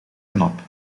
knap